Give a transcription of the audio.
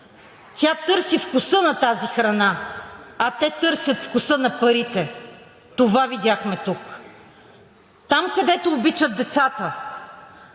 Тя търси вкуса на тази храна, а те търсят вкуса на парите. Това видяхме тук. Там, където обичат децата,